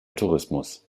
tourismus